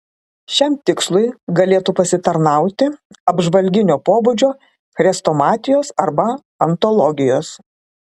šiam tikslui galėtų pasitarnauti apžvalginio pobūdžio chrestomatijos arba antologijos